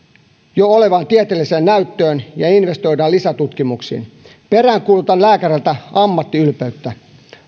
jo olevaan tieteelliseen näyttöön ja investoidaan lisätutkimuksiin peräänkuulutan lääkäreiltä ammattiylpeyttä